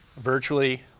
Virtually